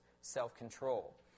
self-control